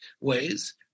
ways